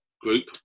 group